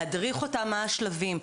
להדריך אותם מה השלבים.